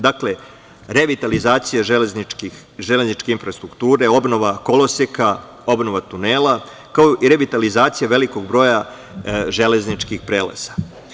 Dakle, revitalizacija železničke infrastrukture, obnova koloseka, obnova tunela, kao i revitalizacija velikog broja železničkih prelaza.